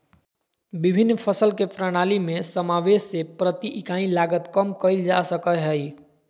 विभिन्न फसल के प्रणाली में समावेष से प्रति इकाई लागत कम कइल जा सकय हइ